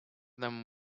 them